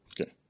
Okay